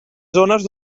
zones